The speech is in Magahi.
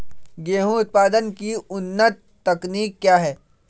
गेंहू उत्पादन की उन्नत तकनीक क्या है?